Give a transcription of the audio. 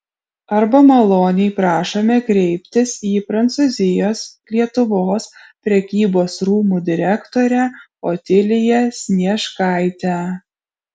arba maloniai prašome kreiptis į prancūzijos lietuvos prekybos rūmų direktorę otiliją snieškaitę